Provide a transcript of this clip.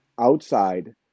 outside